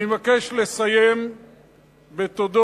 אני מבקש לסיים בתודות